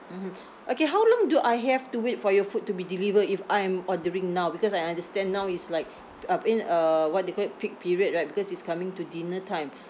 mmhmm okay how long do I have to wait for your food to be deliver if I am ordering now because I understand now it's like up in uh what do you call it peak period right because it's coming to dinner time